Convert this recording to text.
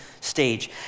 stage